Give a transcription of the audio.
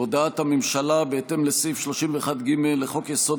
הודעת הממשלה בהתאם לסעיף 31(ג) לחוק-יסוד: